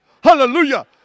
Hallelujah